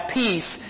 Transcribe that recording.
peace